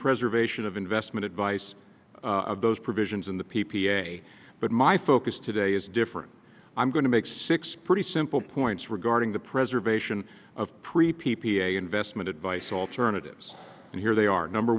preservation of investment advice of those provisions in the p p a but my focus today is different i'm going to make six pretty simple points regarding the preservation of pre p p a investment advice alternatives and here they are number